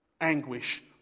anguish